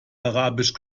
arabisch